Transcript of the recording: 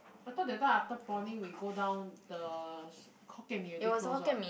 I thought that time after prawning we go down the hokkien mee already closed what